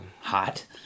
Hot